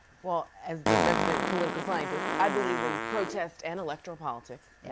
as the resident political scientist, i believe in protest and electoral politics. yeah